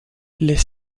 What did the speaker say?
les